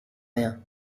rien